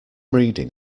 reading